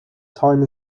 time